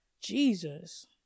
Jesus